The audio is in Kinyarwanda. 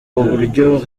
uburyo